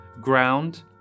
ground